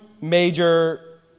major